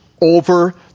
over